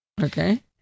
Okay